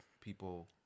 people